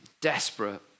Desperate